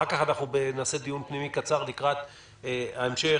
אחר כך נעשה דיון פנימי קצר לקראת ההמשך